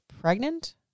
pregnant